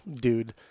dude